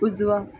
उजवा